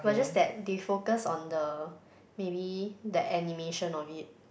but just that they focus on the maybe the animation on it